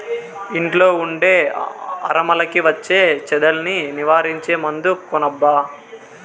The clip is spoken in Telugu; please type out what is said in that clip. ఇంట్లో ఉండే అరమరలకి వచ్చే చెదల్ని నివారించే మందు కొనబ్బా